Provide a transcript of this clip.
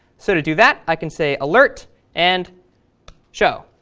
so to do that i can say alert and show,